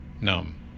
numb